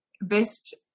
best